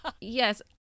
Yes